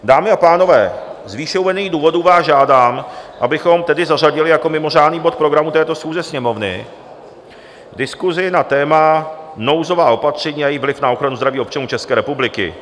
Dámy a pánové, z výše uvedených důvodů vás žádám, abychom tedy zařadili jako mimořádný bod programu této schůze Sněmovny diskusi na téma nouzová opatření a jejich vliv na ochranu zdraví občanů České republiky.